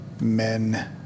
men